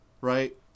right